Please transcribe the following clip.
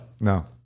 No